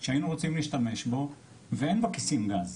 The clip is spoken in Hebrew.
שהיינו רוצים להשתמש בו ואין בכיסים גז,